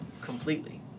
completely